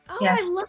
Yes